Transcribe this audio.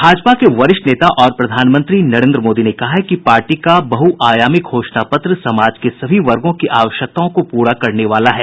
भाजपा के वरिष्ठ नेता और प्रधानमंत्री नरेन्द्र मोदी ने कहा है कि पार्टी का बहुआयामी घोषणापत्र समाज के सभी वर्गों की आवश्यकताओं को पूरा करने वाला है